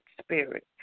spirit